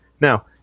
Now